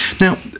Now